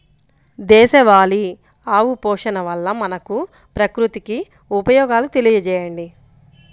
దేశవాళీ ఆవు పోషణ వల్ల మనకు, ప్రకృతికి ఉపయోగాలు తెలియచేయండి?